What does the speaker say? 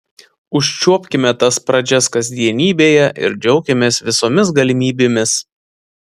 užčiuopkime tas pradžias kasdienybėje ir džiaukimės visomis galimybėmis